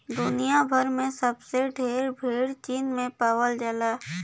दुनिया भर में सबसे ढेर भेड़ चीन में पावल जाला